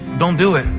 don't do it.